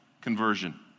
conversion